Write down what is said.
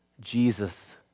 Jesus